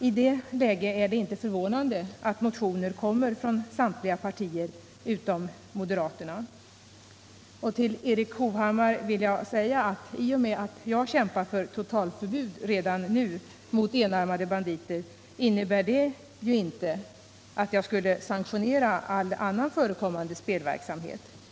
I det läget är det inte förvånande att motioner kommer från samtliga partier utom moderaterna. Till Erik Hovhammar vill jag säga att i och med att jag kämpar för totalförbud redan nu mot enarmade banditer vill jag inte sanktionera all annan förekommande spelverksamhet.